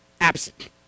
absent